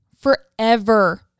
forever